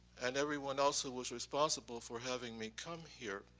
and everyone else who was responsible for having me come here.